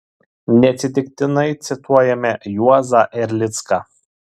neatsitiktinai cituojame juozą erlicką